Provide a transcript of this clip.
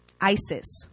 ISIS